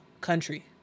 country